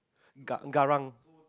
ga~ garang